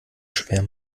schwer